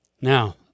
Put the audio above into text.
Now